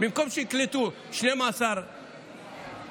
שבמקום שיקלטו 12 נערים,